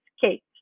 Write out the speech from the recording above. cake